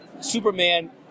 Superman